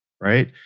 right